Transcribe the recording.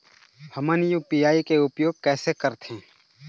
हमन यू.पी.आई के उपयोग कैसे करथें?